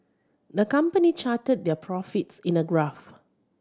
the company charted their profits in a graph